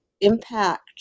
impact